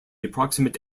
approximate